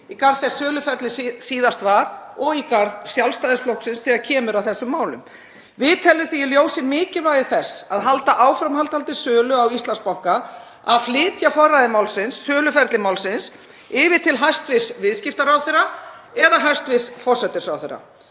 í garð þess söluferlis sem síðast var og í garð Sjálfstæðisflokksins þegar kemur að þessum málum. Við teljum í því ljósi mikilvægt fyrir áframhaldandi sölu á Íslandsbanka að flytja forræði málsins, söluferli málsins, yfir til hæstv. viðskiptaráðherra eða hæstv. forsætisráðherra.